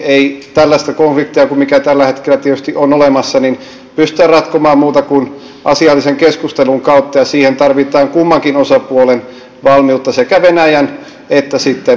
ei tällaista konfliktia kuin se mikä tällä hetkellä tietysti on olemassa pystytä ratkomaan muuta kuin asiallisen keskustelun kautta ja siihen tarvitaan kummankin osapuolen valmiutta sekä venäjän että sitten länsiosapuolen